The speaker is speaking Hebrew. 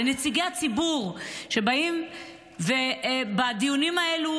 לנציגי הציבור שבאים ומעלים בדיונים האלה